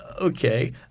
Okay